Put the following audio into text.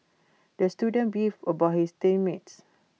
the student beefed about his team mates